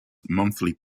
monthly